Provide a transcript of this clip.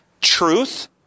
Truth